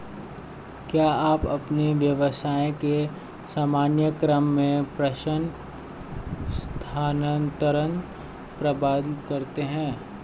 क्या आप अपने व्यवसाय के सामान्य क्रम में प्रेषण स्थानान्तरण प्रदान करते हैं?